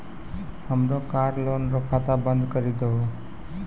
हमरो car loan रो खाता बंद करी दहो